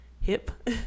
hip